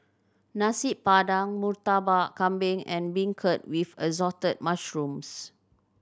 Nasi Padang Murtabak Kambing and beancurd with Assorted Mushrooms